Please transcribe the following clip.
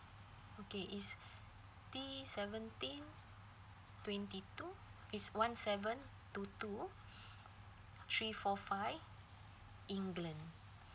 okay is T seventeen twenty two is one seven two two three four five england